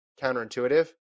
counterintuitive